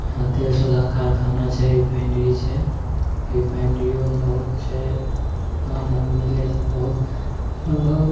यहाँ तेलशोधक कारखाना छै रिफायंडरी छै रिफायंडरियोमे बहुत छै काम धाम मिलैत छै बहुत बहुत